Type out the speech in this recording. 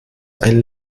ein